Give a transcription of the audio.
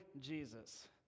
Jesus